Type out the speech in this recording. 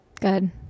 Good